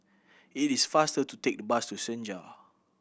it is faster to take the bus to Senja